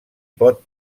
pot